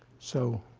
so